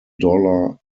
dollar